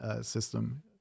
system